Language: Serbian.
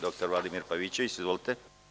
Dr Vladimir Pavićević, izvolite.